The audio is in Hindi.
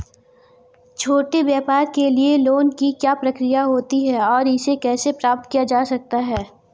छोटे व्यापार के लिए लोंन की क्या प्रक्रिया होती है और इसे कैसे प्राप्त किया जाता है?